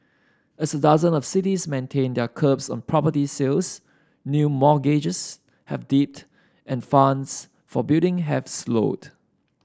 as dozen of cities maintain their curbs on property sales new mortgages have dipped and funds for building have slowed